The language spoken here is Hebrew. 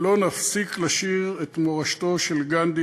לא נפסיק לשיר את מורשתו של גנדי,